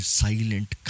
silent